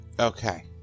Okay